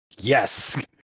Yes